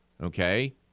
okay